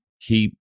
keep